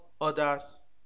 others